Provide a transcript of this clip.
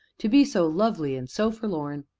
to be so lovely and so forlorn!